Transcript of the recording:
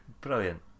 Brilliant